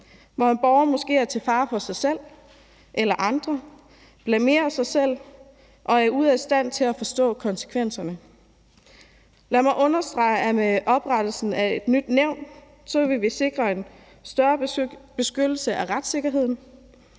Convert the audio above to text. hvor en borger måske er til fare for sig selv eller andre, blamerer sig selv og er ude af stand til at forstå konsekvenserne. Lad mig understrege, at med oprettelsen af et nyt nævn vil vi sikre en større beskyttelse af retssikkerheden.